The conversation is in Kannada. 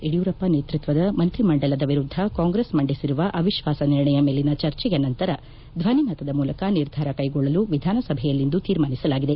ಯಡಿಯೂರಪ್ಪ ನೇತೃತ್ವದ ಮಂತ್ರಿ ಮಂಡಲದ ವಿರುದ್ಧ ಕಾಂಗ್ರೆಸ್ ಮಂಡಿಸಿರುವ ಅವಿಶ್ವಾಸ ನಿರ್ಣಯ ಮೇಲಿನ ಚರ್ಚೆಯ ನಂತರ ಧ್ವನಿಮತದ ಮೂಲಕ ನಿರ್ಧಾರ ಕೈಗೊಳ್ಳಲು ವಿಧಾನ ಸಭೆಯಲ್ಲಿಂದು ತೀರ್ಮಾನಿಸಲಾಗಿದೆ